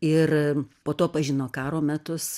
ir po to pažino karo metus